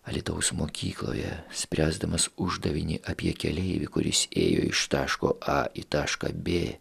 alytaus mokykloje spręsdamas uždavinį apie keleivį kuris ėjo iš taško a į tašką b